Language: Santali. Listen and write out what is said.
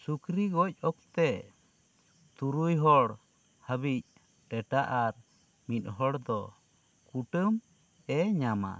ᱥᱩᱠᱨᱤ ᱜᱚᱡ ᱚᱠᱛᱮ ᱛᱩᱨᱩᱭ ᱦᱚᱲ ᱦᱟᱹᱵᱤᱡ ᱴᱮᱴᱟ ᱟᱨ ᱢᱤᱫᱦᱚᱲ ᱫᱚ ᱠᱩᱴᱟᱹᱢ ᱮ ᱧᱟᱢᱟ